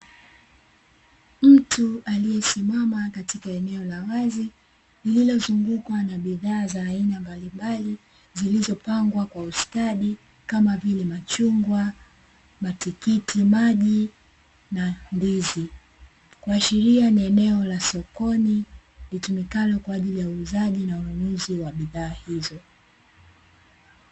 Mtu aliyesimama katika eneo la wazi, lililozungukwa na bidhaa za aina mbalimbali, zilizopangwa kwa ustadi kama vile: machungwa, matikiti maji na ndizi kuashiria ni eneo la sokoni kwa ajili ya uzaji na ununuzi wa bidhaa hizo.